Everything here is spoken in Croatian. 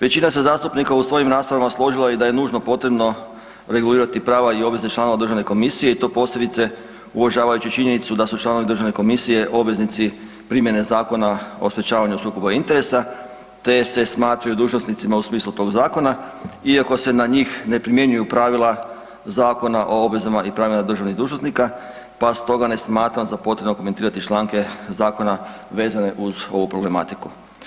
Većina se zastupnika u svojim raspravama složila i da je nužno potrebno regulirati prava i obveze članova državne komisije i to posebice uvažavajući činjenicu da su članovi državne komisije obveznici primjene Zakona o sprečavanju sukoba interesa te se smatraju dužnosnicima u smislu tog zakona, iako se ne njih ne primjenjuju pravila Zakona o obvezama i pravima državnih dužnosnika pa stoga ne smatram za potrebno komentirati članke zakona vezane uz ovu problematiku.